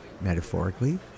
metaphorically